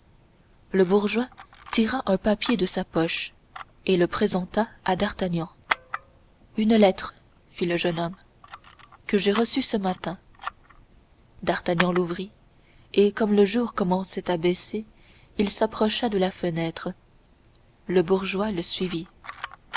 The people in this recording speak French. le bourgeois tira un papier de sa poche et le présenta à d'artagnan une lettre fit le jeune homme que j'ai reçue ce matin d'artagnan l'ouvrit et comme le jour commençait à baisser il s'approcha de la fenêtre le bourgeois le suivit